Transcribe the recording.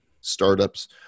startups